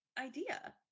idea